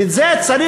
ואת זה צריך